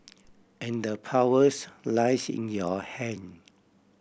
and the powers lies in your hand